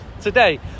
today